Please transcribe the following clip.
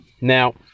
now